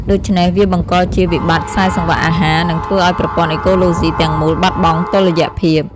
ដូច្នេះ វាបង្កជាវិបត្តិខ្សែសង្វាក់អាហារ និងធ្វើឲ្យប្រព័ន្ធអេកូឡូស៊ីទាំងមូលបាត់បង់តុល្យភាព។